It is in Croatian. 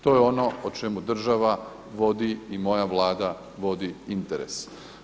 To je ono o čemu država vodi i moja Vlada vodi interes.